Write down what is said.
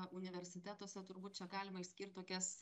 universitetuose turbūt čia galima išskirt tokias